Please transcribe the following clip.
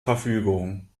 verfügung